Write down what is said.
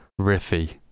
riffy